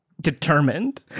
determined